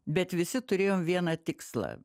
bet visi turėjom vieną tikslą